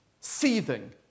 seething